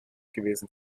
gewesen